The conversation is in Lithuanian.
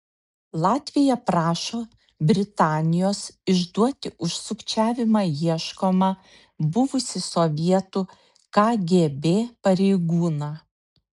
latvija prašo britanijos išduoti už sukčiavimą ieškomą buvusį sovietų kgb pareigūną